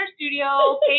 studio